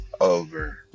over